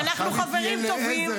אנחנו חברים טובים.